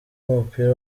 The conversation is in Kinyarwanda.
w’umupira